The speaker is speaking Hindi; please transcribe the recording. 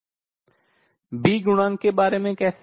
B गुणांक के बारे में कैसे